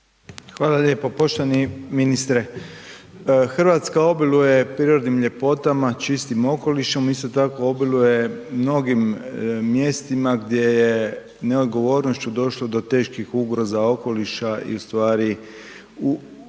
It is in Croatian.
Hvala lijepo. Poštovani ministre, RH obiluje prirodnim ljepotama i čistim okolišom, isto tako obiluje mnogim mjestima gdje ne neodgovornošću došlo do teških ugroza okoliša i u stvari uništavanja